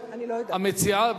המציעה,